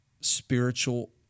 spiritual